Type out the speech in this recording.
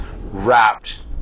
wrapped